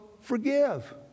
forgive